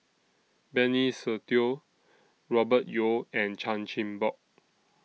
Benny Se Teo Robert Yeo and Chan Chin Bock